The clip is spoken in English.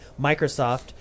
Microsoft